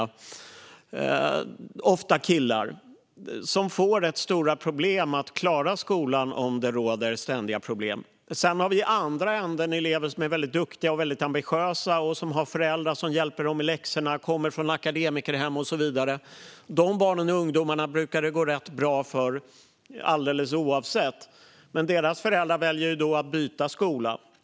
Det är ofta killar. De får rätt stora problem att klara skolan om det råder ständiga ordningsproblem. I andra änden har vi elever som är väldigt duktiga och ambitiösa och som har föräldrar som hjälper dem med läxorna. De kommer från akademikerhem och så vidare. Dessa barn och ungdomar brukar det gå bra för alldeles oavsett vad, men deras föräldrar väljer att byta skola.